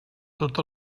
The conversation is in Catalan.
tot